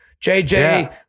JJ